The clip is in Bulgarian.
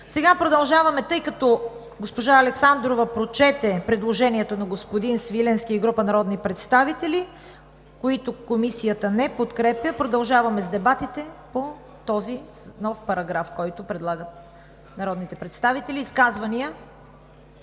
е прието. Тъй като госпожа Александрова прочете предложението на господин Свиленски и група народни представители, което Комисията не подкрепя, продължаваме с дебатите по този нов параграф, който предлагат народните представители. Изказвания?